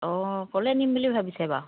অঁ ক'লৈ নিম বুলি ভাবিছে বাৰু